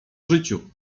życiu